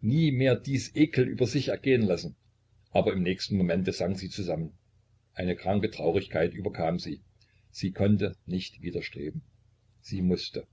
nie mehr dies ekle über sich ergehen lassen aber im nächsten momente sank sie zusammen eine kranke traurigkeit kam über sie sie konnte nicht widerstreben sie mußte